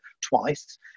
twice